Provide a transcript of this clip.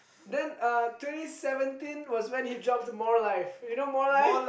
then uh twenty seventeen was when he dropped the more life you know more life